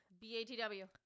B-A-T-W